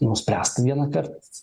nuspręsta vieną kart